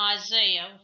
Isaiah